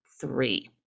three